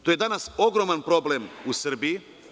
To je danas ogroman problem u Srbiji.